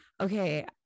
okay